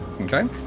Okay